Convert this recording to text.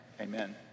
amen